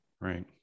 right